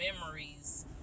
memories